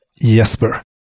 jesper